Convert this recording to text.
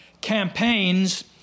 campaigns